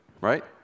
right